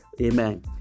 Amen